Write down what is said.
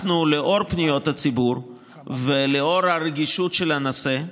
לאור פניות הציבור ולאור הרגישות של הנושא,